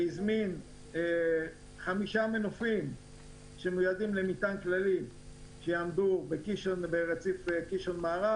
הזמנו חמישה מנופים שמיועדים למטען כללי שיעמדו ברציף קישון מערב.